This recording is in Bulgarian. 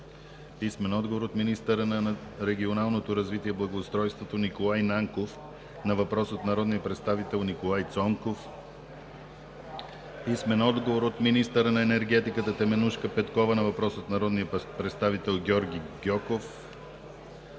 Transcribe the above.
Пенчо Милков; - министъра на регионалното развитие, благоустройството Николай Нанков на въпрос от народния представител Николай Цонков; - министъра на енергетиката Теменужка Петкова на въпрос от народния представител Георги Гьоков;